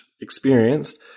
Experienced